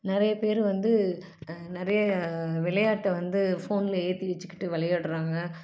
நிறையா பேர் வந்து நிறைய விளையாட்ட வந்து ஃபோன்லேயே ஏற்றி வச்சுக்கிட்டு விளையாட்றாங்க